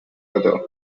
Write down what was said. other